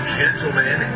gentlemen